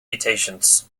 mutations